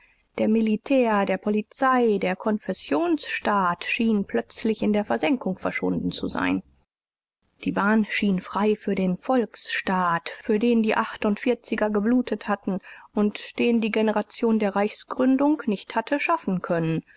der militär der polizei der konfessionsstaat schien plötzlich in der versenkung verschwunden zu sein die bahn schien frei für den volksstaat für den die achtundvierziger geblutet hatten u den die generation der reichsgründung nicht hatte schaffen können